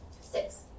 Six